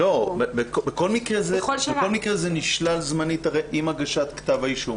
בכל מקרה זה נשלל זמנית עם הגשת כתב האישום.